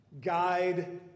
guide